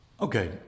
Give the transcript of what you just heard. Okay